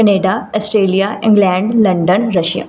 Canada Australia England London Russia